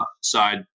side